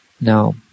Now